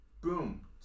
Boom